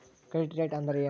Credit rate ಅಂದರೆ ಏನು?